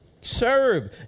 serve